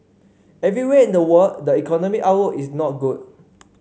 everywhere in the world the economic outlook is not good